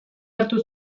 hartu